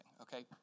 okay